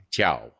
Ciao